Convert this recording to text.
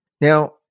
Now